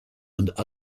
and